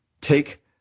take